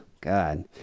God